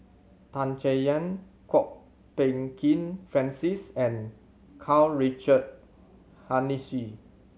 Tan Chay Yan Kwok Peng Kin Francis and Karl Richard Hanitsch